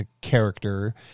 character